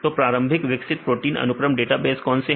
तो प्रारंभिक विकसित प्रोटीन अनुक्रम डेटाबेस कौन से हैं